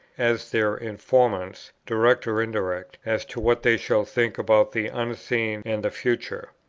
as their informants, direct or indirect, as to what they shall think about the unseen and the future.